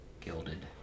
Gilded